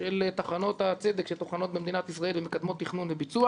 של טחנות הצדק שטוחנות במדינת ישראל ומקדמות תכנון וביצוע